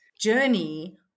journey